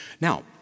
Now